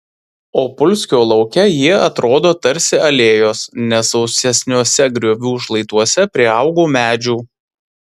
opulskio lauke jie atrodo tarsi alėjos nes sausesniuose griovių šlaituose priaugo medžių